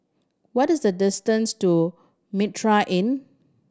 what is the distance to Mitraa Inn